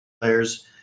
players